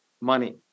money